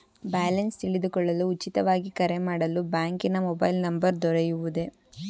Balance ತಿಳಿದುಕೊಳ್ಳಲು ಉಚಿತವಾಗಿ ಕರೆ ಮಾಡಲು ಬ್ಯಾಂಕಿನ ಮೊಬೈಲ್ ನಂಬರ್ ದೊರೆಯುವುದೇ?